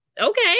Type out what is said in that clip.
okay